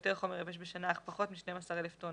יותר חומר יבש בשנה אך פחות משני עשר אלף טון